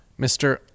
Mr